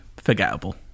forgettable